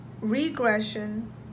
regression